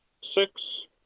six